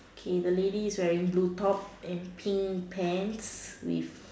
okay the lady is wearing blue top and pink pants with